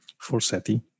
Forseti